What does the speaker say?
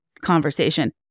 conversation